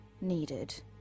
needed